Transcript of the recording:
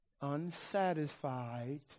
unsatisfied